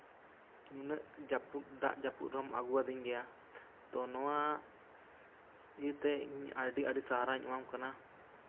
ᱱᱩᱱᱟᱹᱜ ᱡᱟᱹᱯᱩᱫ ᱫᱟᱜ ᱡᱟᱹᱯᱩᱫ ᱨᱮᱦᱚᱸᱢ ᱟᱹᱜᱩ ᱟᱹᱫᱤᱧᱟ ᱛᱳ ᱱᱚᱣᱟ ᱤᱭᱟᱹᱛᱮ ᱤᱧ ᱟᱹᱰᱤ ᱟᱹᱰᱤ ᱥᱟᱨᱦᱟᱣ ᱤᱧ ᱮᱢᱟᱢ ᱠᱟᱱᱟ